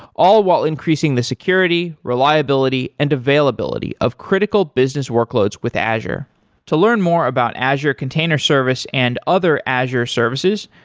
all while increasing the security, reliability and availability of critical business workloads with azure to learn more about azure container service and other azure services,